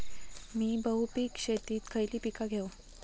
मी बहुपिक शेतीत खयली पीका घेव?